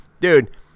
Dude